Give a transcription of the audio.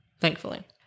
thankfully